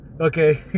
Okay